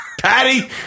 Patty